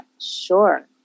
Sure